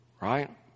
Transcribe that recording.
right